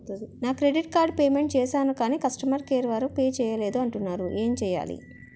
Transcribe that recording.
నా credit card payment చేసాను కాని కస్టమర్ కేర్ వారు పే చేయలేదు అంటున్నారు ఏంటి చేయాలి?